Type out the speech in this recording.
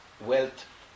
wealth